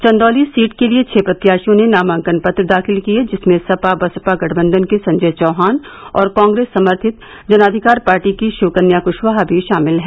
Chandauli seat के लिये छह प्रत्याशियों ने नामांकन पत्र दाखिल किये जिसमें सपा बसपा गठबंधन के संजय चौहान और कांग्रेस समर्थित जनाधिकार पार्टी की शिवकन्या कुशवाहा भी शामिल है